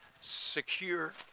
secure